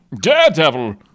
Daredevil